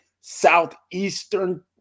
southeastern